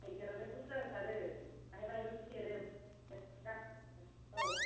गाइखेरालाय बुरजा ओंखारो बाहाय बाहायल'सो सेरो जागोन औ